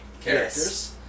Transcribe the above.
characters